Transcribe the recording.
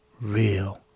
real